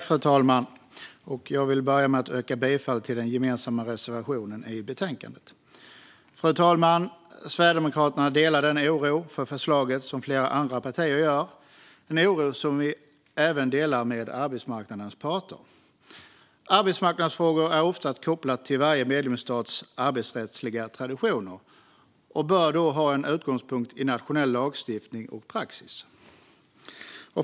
Fru talman! Jag vill börja med att yrka bifall till den gemensamma reservationen i betänkandet. Fru talman! Sverigedemokraterna delar den oro för förslaget som flera andra partier har. Det är en oro som vi även delar med arbetsmarknadens parter. Arbetsmarknadsfrågor är oftast kopplade till varje medlemsstats arbetsrättsliga traditioner och bör då ha en utgångspunkt i nationell lagstiftning och praxis.